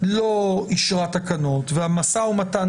לשם כך,